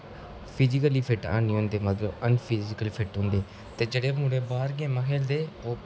physically fit है निं होंदे मतलब अनफिजीकली फिट होंदे जेह्डे बच्चे बाहर गेमां खेढदे ओह्